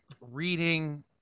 reading